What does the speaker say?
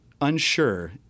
unsure